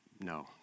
No